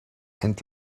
and